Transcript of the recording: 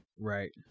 Right